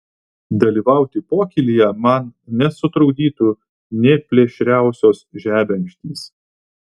dalyvauti pokylyje man nesutrukdytų nė plėšriausios žebenkštys